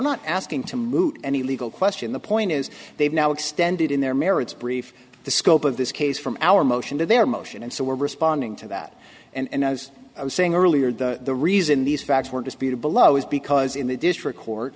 not asking to move any legal question the point is they've now extended in their merits brief the scope of this case from our motion to their motion and so we're responding to that and as i was saying earlier the reason these facts were disputed below is because in the district court